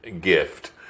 gift